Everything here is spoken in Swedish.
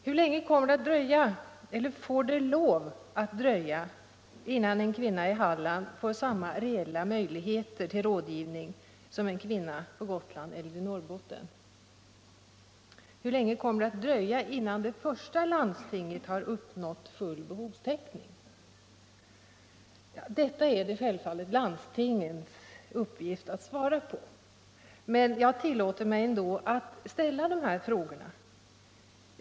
Hur länge kommer det att dröja — eller får det lov att dröja — innan en kvinna i Halland får samma reella möjligheter till rådgivning som en kvinna på Gotland eller i Norrbotten? Hur länge kommer det att dröja innan det första landstinget har uppnått full behovstäckning? Detta är det självfallet landstingens uppgift att svara på, men jag tillåter mig ändå att ställa frågan.